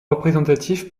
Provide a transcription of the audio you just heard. représentatif